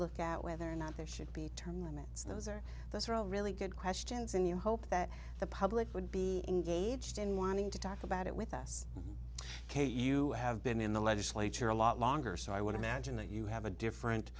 look at whether or not there should be term limits those are those are all really good questions and you hope that the public would be engaged in wanting to talk about it with us kate you have been in the legislature a lot longer so i want to mention that you have a different